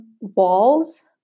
walls